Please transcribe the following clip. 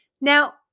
Now